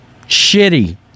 shitty